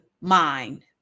mind